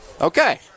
Okay